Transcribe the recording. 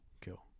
Kill